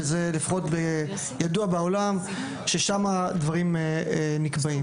וידוע בעולם ששם דברים נקבעים.